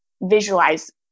visualize